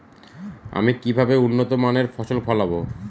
আমি কিভাবে উন্নত মানের ফসল ফলাব?